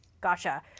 Gotcha